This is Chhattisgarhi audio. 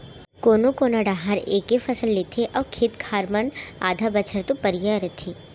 कोनो कोना डाहर एके फसल लेथे अउ खेत खार मन आधा बछर तो परिया रथें